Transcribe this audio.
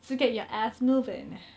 so get your ass moving